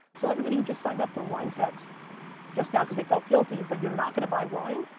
so everybody who just signed up for wine text just now, cause they felt guilty, but you're not going to buy wine,